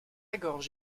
gorge